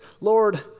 Lord